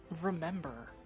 Remember